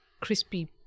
crispy